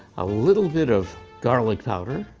a little bit of garlic powder,